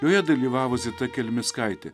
joje dalyvavo zita kelmickaitė